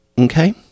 okay